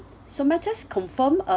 so matters confirm uh